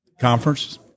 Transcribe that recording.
Conference